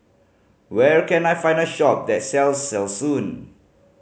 where can I find a shop that sells Selsun